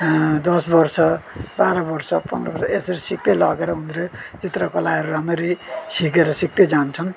दश वर्ष बाह्र वर्ष पन्ध्र वर्ष यसरी सिक्दै लगेर उनीहरूले चित्रकलाहरू राम्ररी सिकेर सिक्दै जान्छन्